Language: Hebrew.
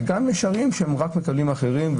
ויש גם ערים שרק מקבלות אחרים.